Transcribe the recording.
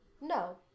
no